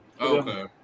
Okay